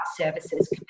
services